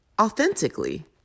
Authentically